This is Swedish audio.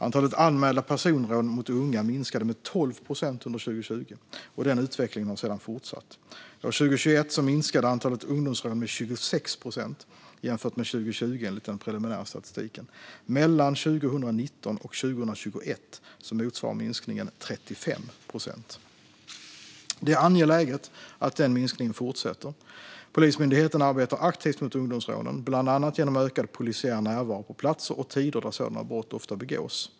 Antalet anmälda personrån mot unga minskade med 12 procent under 2020, och den utvecklingen har sedan fortsatt. År 2021 minskade anmälda ungdomsrån med 26 procent jämfört med 2020 enligt den preliminära statistiken. Mellan 2019 och 2021 motsvarar minskningen 35 procent. Det är angeläget att den minskningen fortsätter. Polismyndigheten arbetar aktivt mot ungdomsrånen, bland annat genom ökad polisiär närvaro på platser och tider där sådana brott ofta begås.